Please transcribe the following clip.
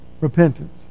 repentance